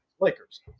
Lakers